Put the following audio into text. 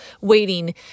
waiting